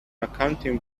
accounting